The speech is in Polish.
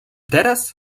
teraz